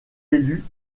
élu